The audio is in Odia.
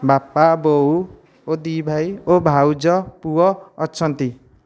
ବାପା ବୋଉ ଓ ଦୁଇ ଭାଇ ଓ ଭାଉଜ ପୁଅ ଅଛନ୍ତି